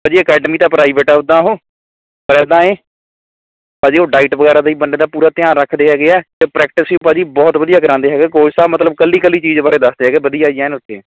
ਭਾਅ ਜੀ ਅਕੈਡਮੀ ਤਾਂ ਪ੍ਰਾਈਵੇਟ ਹੈ ਉੱਦਾ ਉਹ ਪਰ ਇੱਦਾਂ ਹੈ ਭਾਅ ਜੀ ਉਹ ਡਾਈਟ ਵਗੈਰਾ ਦਾ ਵੀ ਬੰਦੇ ਦਾ ਪੂਰਾ ਧਿਆਨ ਰੱਖਦੇ ਹੈਗੇ ਹੈ ਅਤੇ ਪ੍ਰੈਕਟਿਸ ਵੀ ਭਾਅ ਜੀ ਬਹੁਤ ਵਧੀਆ ਕਰਾਂਦੇ ਹੈਗੇ ਕੌਚ ਸਾਹਿਬ ਮਤਲਬ ਕੱਲੀ ਕੱਲੀ ਚੀਜ਼ ਬਾਰੇ ਦੱਸਦੇ ਹੈਗੇ ਵਧੀਆ ਜੀ ਐਨ ਉੱਥੇ